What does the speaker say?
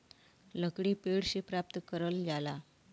लकड़ी पेड़ से प्राप्त करल जाला